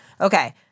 Okay